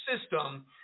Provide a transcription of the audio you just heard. system